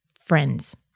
friends